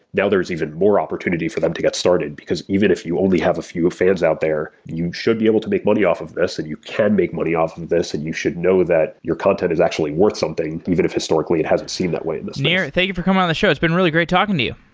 now there's even more opportunity for them to get started, because even if you only have a few fans out there, you should be able to make money off of this and you can make money off of this and you should know that your content is actually worth something even if historically it hasn't seemed that way in this place. nir, and thank you for coming on the show. it's been really great talking to you.